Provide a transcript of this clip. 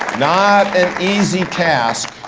not an easy task,